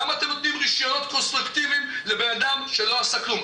למה אתם נותנים רישיונות קונסטרוקטיביים לבן אדם שלא עשה כלום?